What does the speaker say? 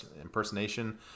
impersonation